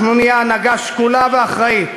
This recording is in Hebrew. אנחנו נהיה הנהגה שקולה ואחראית,